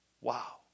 Wow